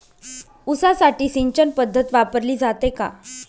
ऊसासाठी सिंचन पद्धत वापरली जाते का?